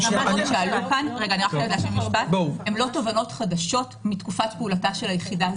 שעלו כאן הן לא תובנות חדשות מתקופת פעולתה של היחידה.